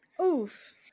Oof